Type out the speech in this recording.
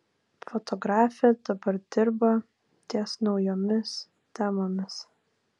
fotografė dabar dirba ties naujomis temomis